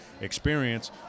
experience